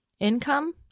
Income